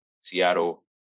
Seattle